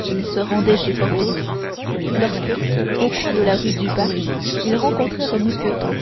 ils se rendaient chez porthos lorsque au coin de la rue du bac ils rencontrèrent mousqueton